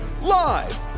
live